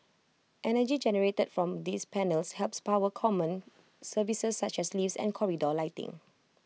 energy generated from these panels helps power common services such as lifts and corridor lighting